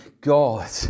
God